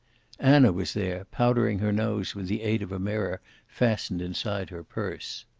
anna was there, powdering her nose with the aid of a mirror fastened inside her purse.